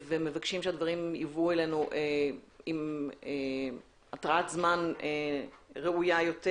ומבקשים שהדברים יובאו אלינו עם התרעת זמן ראויה יותר.